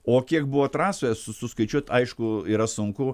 o kiek buvo trasoje su suskaičiuot aišku yra sunku